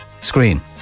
screen